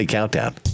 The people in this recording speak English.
Countdown